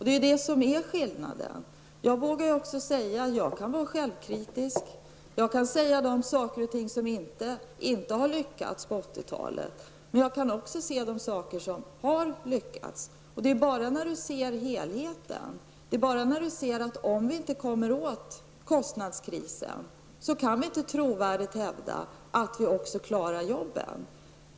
Det är detta som är skillnaden. Jag kan vara självkritisk och nämna saker och ting som vi inte har lyckats med på 80-talet. Men jag kan också se de saker som har lyckats. Och ser att om vi inte kommer åt kostnadskrisen, kan vi inte trovärdigt hävda att vi också klarar jobben.